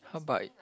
how bout